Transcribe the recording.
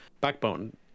Backbone